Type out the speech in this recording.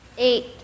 Eight